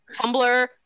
Tumblr